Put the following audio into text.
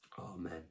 Amen